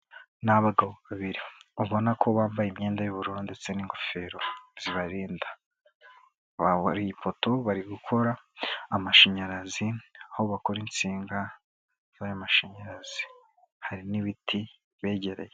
Ni abagabo babiri, ubona ko bambaye imyenda y'ubururu ndetse n'ingofero zibarinda, buriye ipoto bari gukora amashanyarazi, aho bakora insinga z'amashanyarazi, hari n'ibiti bibegereye.